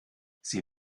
sie